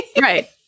right